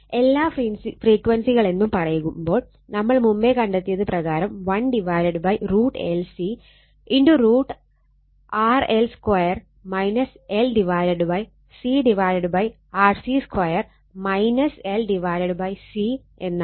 എല്ലാ ഫ്രീക്വൻസികളെന്നും പറയുമ്പോൾ നമ്മൾ മുമ്പേ കണ്ടെത്തിയത് പ്രകാരം 1 √L C √ RL 2 LCRC 2 LC എന്നാണ്